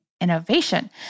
innovation